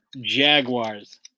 Jaguars